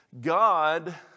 God